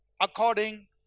according